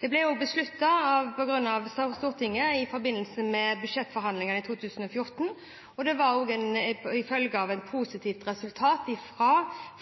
ble besluttet av Stortinget i forbindelse med budsjettbehandlingen i 2014, og det var en følge av positive resultater fra